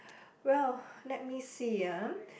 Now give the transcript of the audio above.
well let me see ah